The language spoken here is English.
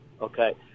okay